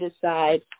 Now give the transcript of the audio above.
decide